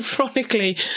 ironically